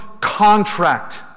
contract